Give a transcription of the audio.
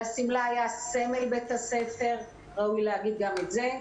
על השמלה היה סמל בית הספר, ראוי להגיד גם את זה.